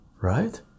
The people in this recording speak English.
right